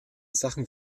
sachen